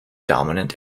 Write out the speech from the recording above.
dominant